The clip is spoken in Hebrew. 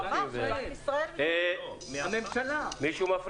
אני אומר